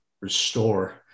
Restore